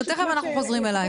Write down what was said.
תכף אנחנו חוזרים אלייך.